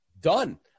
Done